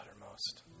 uttermost